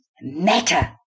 matter